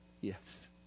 Yes